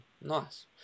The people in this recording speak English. nice